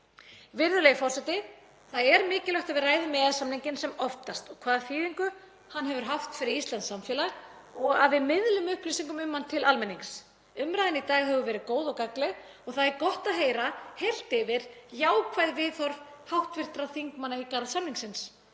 Virðulegi forseti. Það er mikilvægt að við ræðum EES-samninginn sem oftast og hvaða þýðingu hann hefur haft fyrir íslenskt samfélag og að við miðlum upplýsingum um hann til almennings. Umræðan í dag hefur verið góð og gagnleg og það er gott að heyra heilt yfir jákvæð viðhorf hv. þingmanna í garð samningsins.